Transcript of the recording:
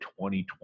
2020